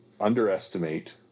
underestimate